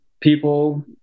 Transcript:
people